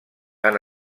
han